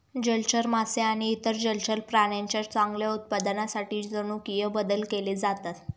जलचर मासे आणि इतर जलचर प्राण्यांच्या चांगल्या उत्पादनासाठी जनुकीय बदल केले जातात